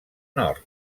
nord